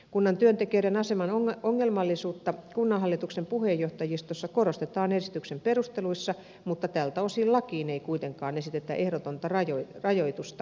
kunnan työntekijöiden aseman ongelmallisuutta kunnanhallituksen puheenjohtajistossa korostetaan esityksen perusteluissa mutta tältä osin lakiin ei kuitenkaan esitetä ehdotonta rajoitusta vaalikelpoisuuteen